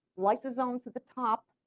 lysosomes at the top,